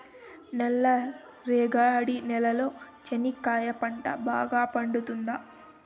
నల్ల రేగడి నేలలో చెనక్కాయ పంట బాగా పండుతుందా?